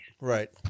right